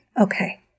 Okay